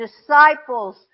disciples